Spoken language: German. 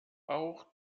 auch